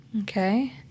Okay